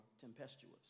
tempestuous